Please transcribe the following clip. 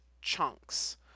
chunks